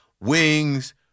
wings